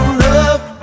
love